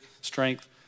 strength